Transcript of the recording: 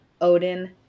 Odin